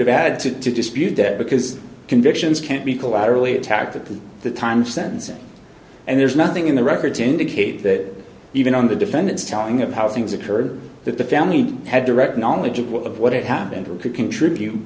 have added to to dispute that because convictions can't be collaterally attack to the time sentencing and there's nothing in the record to indicate that even on the defendant's telling of how things occurred that the family had direct knowledge of what had happened or could contribute